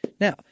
Now